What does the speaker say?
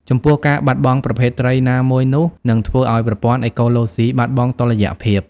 ចំពោះ ការបាត់បង់ប្រភេទត្រីណាមួយនោះ នឹងធ្វើឱ្យប្រព័ន្ធអេកូឡូស៊ីបាត់បង់តុល្យភាព។